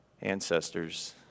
ancestors